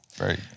Right